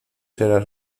será